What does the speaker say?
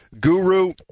Guru